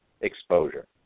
exposure